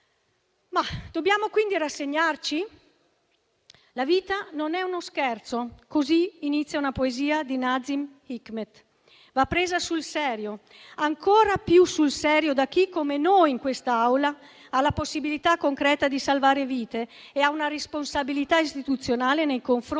Dobbiamo quindi rassegnarci? La vita non è uno scherzo, così inizia una poesia di Nazim Hikmet. Va presa sul serio, ancora più sul serio da chi, come noi in quest'Aula, ha la possibilità concreta di salvare vite e ha una responsabilità istituzionale nei confronti